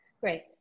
Great